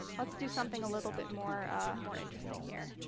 let's do something a little bit more more interesting here.